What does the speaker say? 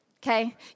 Okay